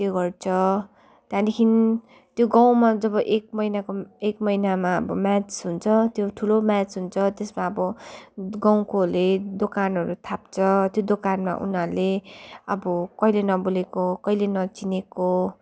त्यो गर्छ त्यहाँदेखि त्यो गाउँमा जब एक महिनाको एक महिनामा अब म्याच हुन्छ त्यो ठुलो म्याच हुन्छ त्यसमा अब गाउँकोहरूले दोकानहरू थाप्छ त्यो दोकानमा उनीहरूले अब कहिल्यै नबोलेको कहिल्यै नचिनेको